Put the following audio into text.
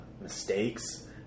mistakes